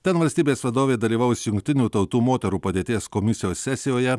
ten valstybės vadovė dalyvaus jungtinių tautų moterų padėties komisijos sesijoje